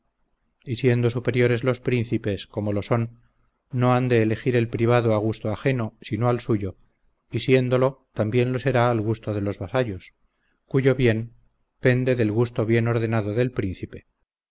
siendo superiores los príncipes como lo son no han de elegir el privado a gusto ajeno sino al suyo y siéndolo también lo será al gusto de los vasallos cuyo bien pende del gusto bien ordenado del príncipe